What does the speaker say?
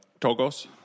Togos